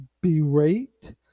berate